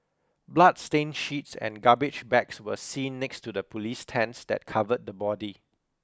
bloodstained sheets and garbage bags were seen next to the police tents that covered the body